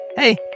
Hey